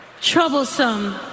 troublesome